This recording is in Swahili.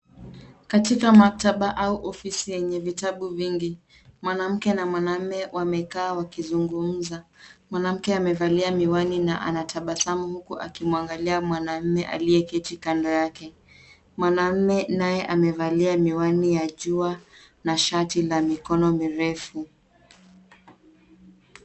Katika maktaba au ofisi yenye vitabu vingi. Mwanamke na mwanaume wamekaa wakizungumza. Mwanamke amevalia miwani na anatabasamu huku akimwangalia mwanaume aliyeketi kando yake. Mwanaume naye amevalia miwani ya jua na shati la mikono mirefu.